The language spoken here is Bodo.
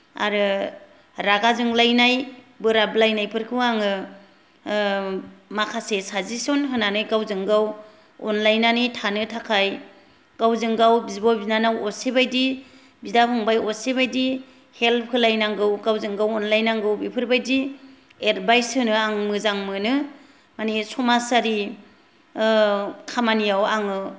आरो रागा जोंलायनाय बोराबलायनायफोरखौ आङो माखासे साजेसन होनानै गावजों गाव अनलायनानै थानो थाखाय गावजों गाव बिब' बिनानाव असेबायदि बिदा फंबाय असे बायदि हेल्प होलायनांगौ गावजों गाव अनलायनांगौ बेफोरबायदि एदभायस होनो आं मोजां मोनो माने समाजारि खामानियाव आङो